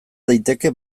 daiteke